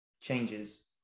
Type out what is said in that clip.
changes